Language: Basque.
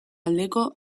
aldeko